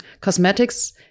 cosmetics